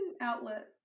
outlet